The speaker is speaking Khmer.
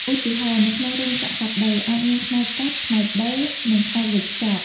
ឧទាហរណ៍ នៅក្នុងរោងចក្រកាត់ដេរ អាចមានផ្នែកកាត់ ផ្នែកដេរ និងផ្នែកវេចខ្ចប់។